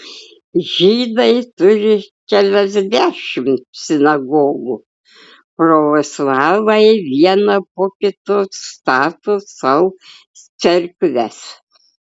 žydai turi keliasdešimt sinagogų pravoslavai vieną po kitos stato sau cerkves